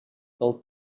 pel